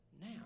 now